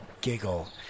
giggle